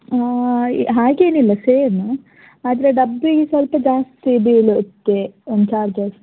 ಹಾಂ ಹಾಗೇನಿಲ್ಲ ಸೇಮ್ ಆದರೆ ಡಬ್ಬಿಗೆ ಸ್ವಲ್ಪ ಜಾಸ್ತಿ ಬೀಳುತ್ತೆ ಚಾರ್ಜಸ್